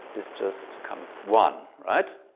this just becomes one, right?